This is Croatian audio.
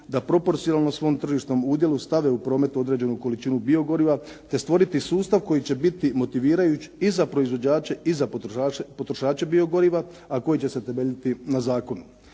da proporcionalno svom tržišnom udjelu stave u promet određenu količinu biogoriva, te stvoriti sustav koji će biti motivirajuć i za proizvođače i za potrošače biogoriva, a koji će se temeljiti na zakonu.